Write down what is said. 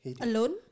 Alone